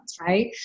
right